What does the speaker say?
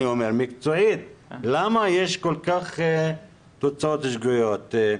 מדוע יש תוצאות שגויות באחוז גבוה.